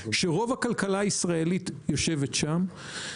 שרוב הכלכלה הישראלית יושבת שם.